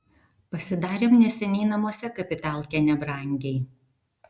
pasidarėm neseniai namuose kapitalkę nebrangiai